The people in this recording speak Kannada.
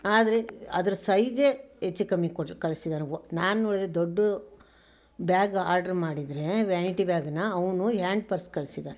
ಆದರೆ ಅದರ ಸೈಝೆ ಹೆಚ್ಚುಕಮ್ಮಿ ಕೊಟ್ಟು ಕಳಿಸಿದ್ದಾರೆ ನಾನು ನೋಡಿದರೆ ದೊಡ್ಡ ಬ್ಯಾಗ್ ಆರ್ಡ್ರ್ ಮಾಡಿದ್ದರೆ ವ್ಯಾನಿಟಿ ಬ್ಯಾಗನ್ನ ಅವನು ಆ್ಯಂಡ್ಪರ್ಸ್ ಕಳಿಸಿದ್ದಾನೆ